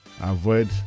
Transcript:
avoid